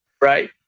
Right